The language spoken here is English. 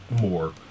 more